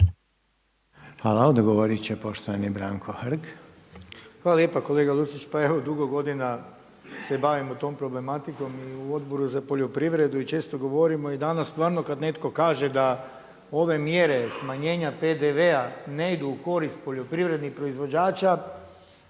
Hvala. Odgovoriti će poštovani Branko Hrg. **Hrg, Branko (HDS)** Hvala lijepa kolega Lucić, pa evo dugo godina se bavimo tom problematikom i u Odboru za poljoprivredu i često govorimo i danas stvarno kada netko kaže da ove mjere smanjenja PDV-a ne idu u korist poljoprivrednih proizvođača,